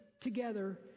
together